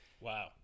Wow